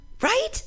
Right